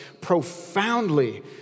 profoundly